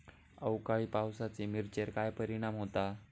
अवकाळी पावसाचे मिरचेर काय परिणाम होता?